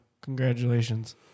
congratulations